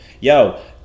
yo